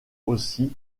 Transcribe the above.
aussi